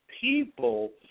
people